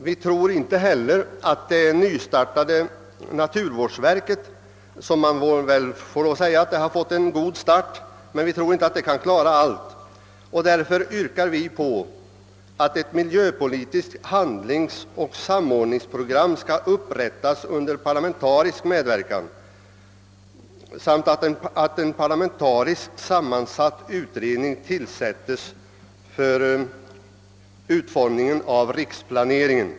Vi tror inte heller att det nystartade naturvårdsverket, som — det får man väl lov att säga — har fått en god start, kan klara allt. Därför yrkar vi reservanter på att ett miljöpolitiskt handlingsoch samordningsprogram skall upprättas under parlamentarisk medverkan samt att en parlamentariskt sammansatt utredning tillsättes för utformningen av en riksplanering.